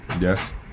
Yes